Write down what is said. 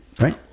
right